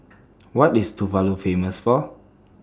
What IS Tuvalu Famous For